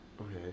Okay